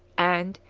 and,